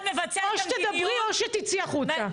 או שתדברי או שתצאי החוצה.